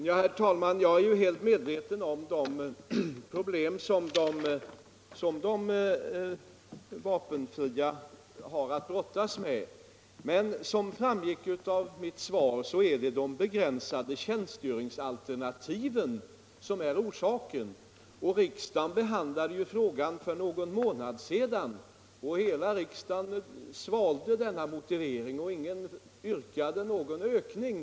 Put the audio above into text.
Herr talman! Jag är helt medveten om de problem som de vapenfria har att brottas med. Men som framgick av mitt svar är det de begränsade tjänstgöringsalternativen som är orsaken. Riksdagen behandlade ju frågan för en månad sedan. Hela riksdagen godkände denna motivering, och ingen yrkade på någon ökning.